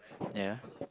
yeah